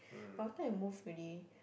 but after I move already